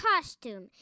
costume